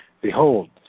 Behold